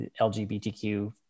LGBTQ